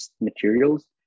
materials